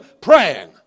praying